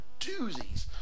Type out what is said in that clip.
doozies